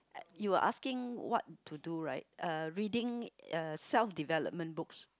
you are asking what to do right uh reading uh self development books